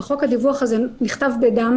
וחוק הדיווח הזה נכתב בדם